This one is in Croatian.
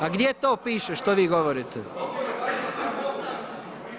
A gdje to piše što vi govorite?